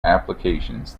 applications